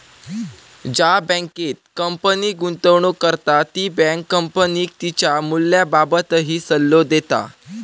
ज्या बँकेत कंपनी गुंतवणूक करता ती बँक कंपनीक तिच्या मूल्याबाबतही सल्लो देता